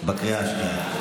בקריאה השנייה.